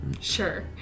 Sure